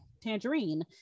tangerine